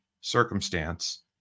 circumstance